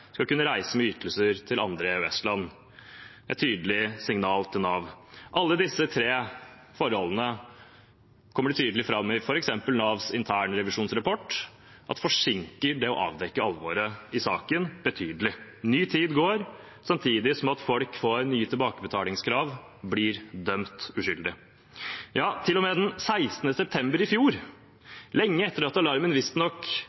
kunne reise med ytelser til andre EØS-land – et tydelig signal til Nav. Det kommer tydelig fram i f.eks. Navs internrevisjonsrapport at alle disse tre forholdene forsinker det å avdekke alvoret i saken betydelig. Ny tid går, samtidig som folk får nye tilbakebetalingskrav og blir uskyldig dømt. Ja, til og med den 16. september i